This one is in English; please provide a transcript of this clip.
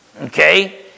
Okay